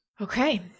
Okay